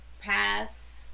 pass